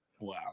Wow